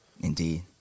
Indeed